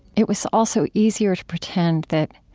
it was also easier to pretend that